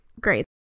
great